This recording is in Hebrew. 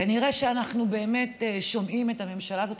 כנראה שאנחנו באמת שומעים את הממשלה הזאת,